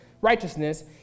righteousness